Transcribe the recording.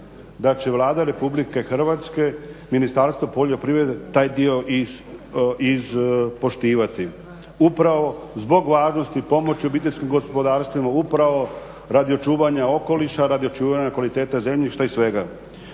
da će Vlada RH, Ministarstvo poljoprivrede taj dio ispoštivati upravo zbog važnosti pomoći obiteljskim gospodarstvima, upravo radi očuvanja okoliša, radi očuvanja kvalitete zemljišta i svega.